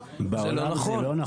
בעולם זה לא נכון.